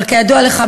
אבל כידוע לך,